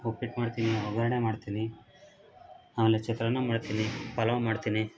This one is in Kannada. ಉಪ್ಪಿಟ್ಟು ಮಾಡ್ತೀನಿ ಒಗ್ಗರ್ಣೆ ಮಾಡ್ತೀನಿ ಆಮೇಲೆ ಚಿತ್ರಾನ್ನ ಮಾಡ್ತೀನಿ ಪಲಾವು ಮಾಡ್ತೀನಿ